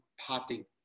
parting